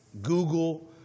Google